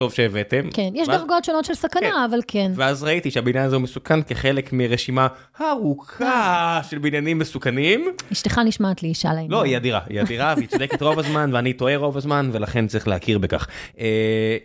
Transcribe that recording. טוב שהבאתם, יש דרגות שונות של סכנה, אבל כן. ואז ראיתי שהבניין הזה הוא מסוכן כחלק מרשימה ארוכה של בניינים מסוכנים. אשתך נשמעת לי, אשה לעניין. לא, היא אדירה, היא אדירה והיא צודקת רוב הזמן ואני טועה רוב הזמן ולכן צריך להכיר בכך.